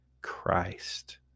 Christ